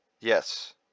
Yes